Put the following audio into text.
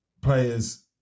players